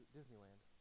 Disneyland